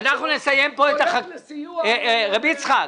רב יצחק,